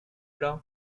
dag